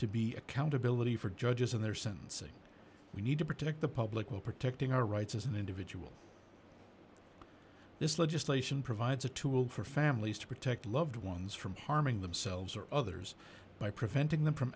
to be accountability for judges and their sentencing we need to protect the public will protecting our rights as an individual this legislation provides a tool for families to protect loved ones from harming themselves or others by preventing them from